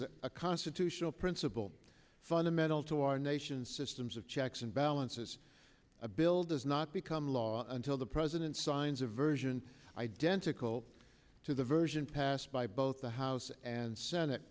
concerns a constitutional principle fundamental to our nation's systems of checks and balances a bill does not become law until the president signs of version identical to the version passed by both the house and senate